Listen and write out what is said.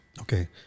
Okay